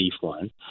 one